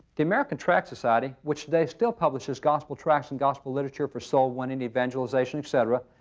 the american tract society, which today still publishes gospel tracts and gospel literature for soul winning, evangelization, et cetera,